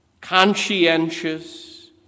conscientious